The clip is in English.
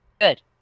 Good